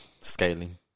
scaling